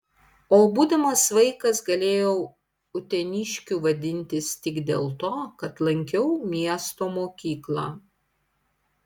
o būdamas vaikas galėjau uteniškiu vadintis tik dėl to kad lankiau miesto mokyklą